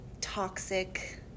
toxic